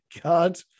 God